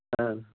आ